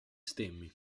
stemmi